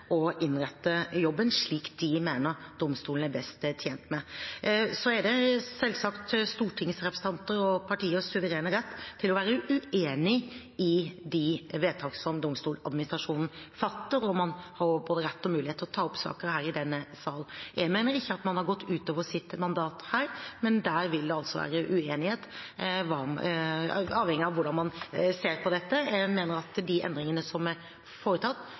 å mene og innrette jobben slik de mener domstolene er best tjent med. Så er det selvsagt stortingsrepresentanters og partiers suverene rett å være uenig i de vedtakene som Domstoladministrasjonen fatter, og man har både rett og mulighet til å ta opp saker her i denne salen. Jeg mener ikke man har gått utover sitt mandat her, men der vil det være uenighet avhengig av hvordan man ser på dette. Jeg mener at de endringene som er foretatt,